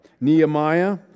Nehemiah